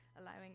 allowing